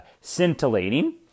scintillating